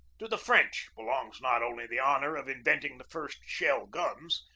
to the french belongs not only the honor of in venting the first shell guns,